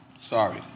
Sorry